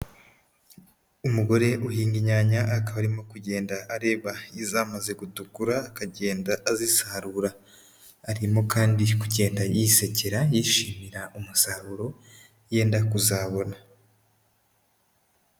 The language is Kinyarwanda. Umugore uhinga inyanya, akaba arimo kugenda areba izamaze gutukura akagenda azisarura, arimo kandi kugenda yisekera yishimira umusaruro yenda kuzabona.